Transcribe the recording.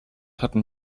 hatten